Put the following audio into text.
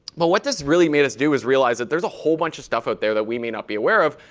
but what this really made us do is realize that there's a whole bunch of stuff out there that we may not be aware of.